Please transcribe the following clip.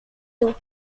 tôt